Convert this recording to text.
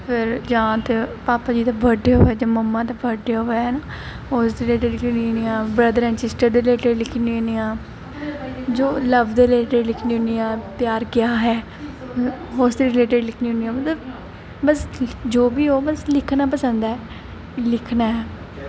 जां ते भापा जी दा बर्थ डे होऐ मम्मा जी दा बर्थ डे होऐ उस दे रिलेटिड लिखी ओड़नी होनी आं ब्रदर एंड सिस्टर दे रिलेटिड लिखी ओड़नी होनी आं जो लव दे रिलेटिड लिखनी होनी आं प्यार क्या है उस दे रिलेटिड लिखनी होनी आं मतलब बस जो बी होऐ बस लिखना पसंद ऐ लिखना ऐ